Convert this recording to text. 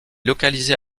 localisée